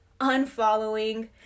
unfollowing